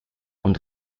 und